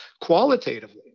Qualitatively